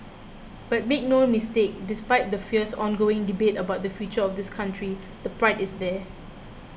but make no mistake despite the fierce ongoing debate about the future of this country the pride is there